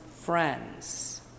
friends